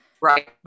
right